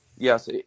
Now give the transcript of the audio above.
Yes